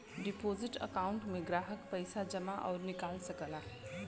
deposit account में ग्राहक पइसा जमा आउर निकाल सकला